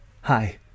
Hi